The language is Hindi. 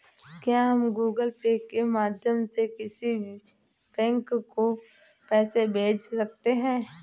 क्या हम गूगल पे के माध्यम से किसी बैंक को पैसे भेज सकते हैं?